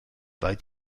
weit